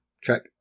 Check